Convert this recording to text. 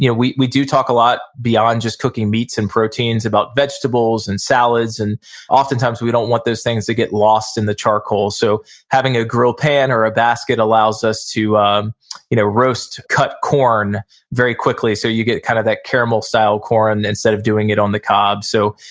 you know we we do talk a lot beyond just cooking meats and proteins, about vegetables and salads and oftentimes we don't want those things to get lost in the charcoal, so having a grill pan or a basket allows us to um you know roast cut corn very quickly, so you get kinda kind of that caramel style corn instead of doing it on the cob. so,